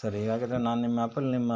ಸರಿ ಹಾಗಿದ್ದರೆ ನಾನು ನಿಮ್ಮ ಆ್ಯಪಲ್ಲಿ ನಿಮ್ಮ